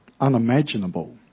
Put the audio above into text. unimaginable